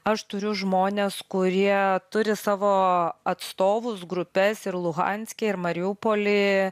aš turiu žmones kurie turi savo atstovus grupes ir luhanske ir mariupoly